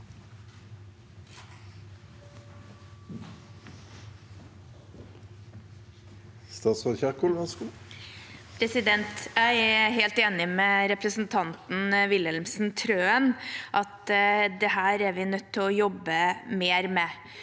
Jeg er helt enig med representanten Wilhelmsen Trøen i at dette er vi nødt til å jobbe mer med.